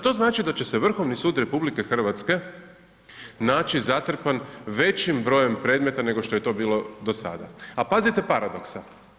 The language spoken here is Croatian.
To znači da će se Vrhovni sud RH naći zatrpan većim brojem predmeta nego što je to bilo dosada a pazite paradoksa.